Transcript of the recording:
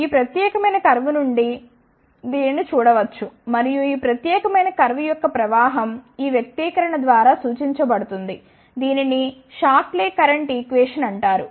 ఈ ప్రత్యేకమైన కర్వ్ నుండి దీనిని చూడ వచ్చు మరియు ఈ ప్రత్యేకమైన కర్వ్ యొక్క ప్రవాహం ఈ వ్యక్తీకరణ ద్వారా సూచించబడుతుంది దీనిని షాక్లీ కరెంట్ ఈక్వేషన్ అంటారు